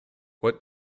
what